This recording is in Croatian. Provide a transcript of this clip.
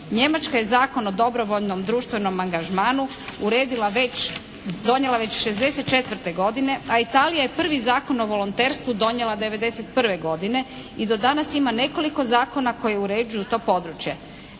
Njemačka je Zakon o dobrovoljnom društvenom angažmanu uredila već, donijela već '64. godine, a Italija je prvi Zakon o volonterstvu donijela '91. godine i do danas ima nekoliko zakona koji uređuju to područje.